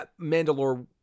Mandalore